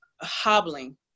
hobbling